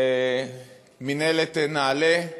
למינהלת נעל"ה,